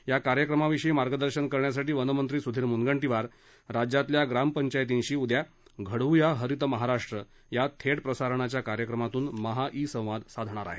या कार्यक्रमाविषयी मार्गदर्शन करण्यासाठी वनमंत्री सुधीर मुनगंटीवार राज्यातल्या ग्रामपंचायतींशी उद्या घडव्या हरीत महाराष्ट्र या थेट प्रसारणाच्या कार्यक्रमातून महा ई संवाद साधणार आहेत